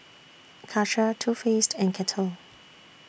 Karcher Too Faced and Kettle